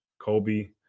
Kobe